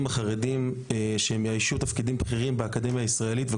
החרדים שמאיישים תפקידים בכירים באקדמיה הישראלית.